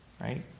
Right